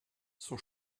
son